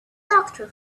doctor